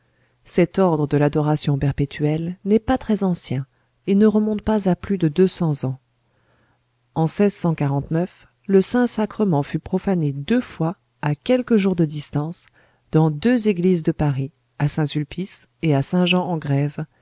cet ordre de l'adoration perpétuelle n'est pas très ancien et ne remonte pas à plus de deux cents ans en le saint-sacrement fut profané deux fois à quelques jours de distance dans deux églises de paris à saint-sulpice et à saint-jean en grève